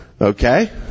Okay